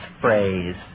phrase